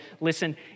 Listen